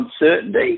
uncertainty